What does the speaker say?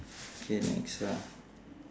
K next lah